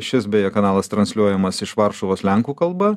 šis beje kanalas transliuojamas iš varšuvos lenkų kalba